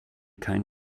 kein